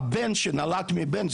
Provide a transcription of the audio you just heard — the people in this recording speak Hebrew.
הבן שנולד מהבן,